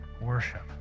worship